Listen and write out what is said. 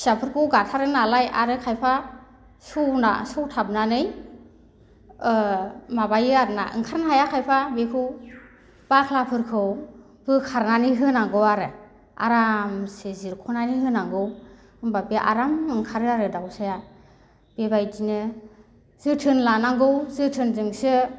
फिसाफोरखौ गाथारो नालाय आरो खायफा सौना सौथाबनानै माबायो आरोना ओंखारनो हाया खायफा बेखौ बाख्लाफोरखौ बोखारनानै होनांगौ आरो आरामसे जिरख'नानै होनांगौ होनबा बे आराम ओंखारो आरो दाउसाया बेबायदिनो जोथोन लानांगौ जोथोनजोंसो